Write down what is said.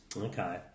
Okay